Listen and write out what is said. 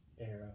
era